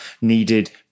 needed